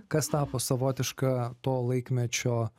kas tapo savotiška to laikmečio